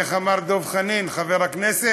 איך אמר דב חנין, חבר הכנסת: